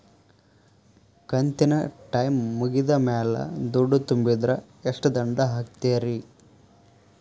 ಕಂತಿನ ಟೈಮ್ ಮುಗಿದ ಮ್ಯಾಲ್ ದುಡ್ಡು ತುಂಬಿದ್ರ, ಎಷ್ಟ ದಂಡ ಹಾಕ್ತೇರಿ?